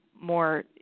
more